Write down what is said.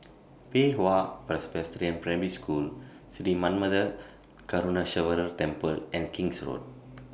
Pei Hwa Presbyterian Primary School Sri Manmatha Karuneshvarar Temple and King's Road